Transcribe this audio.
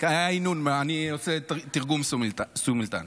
היה הנהון, אני עושה תרגום סימולטני.